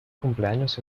cumpleaños